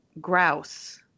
Grouse